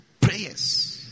prayers